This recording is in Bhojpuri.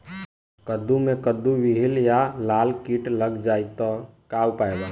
कद्दू मे कद्दू विहल या लाल कीट लग जाइ त का उपाय बा?